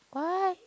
why